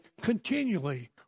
continually